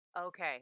Okay